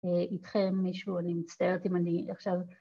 איתכם משהו, אני מצטערת אם אני עכשיו...